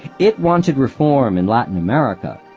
it wanted reform in latin america,